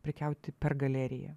prekiauti per galeriją